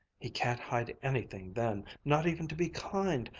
he can't hide anything then, not even to be kind.